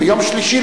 יום שלישי,